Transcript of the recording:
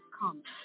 comments